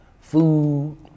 food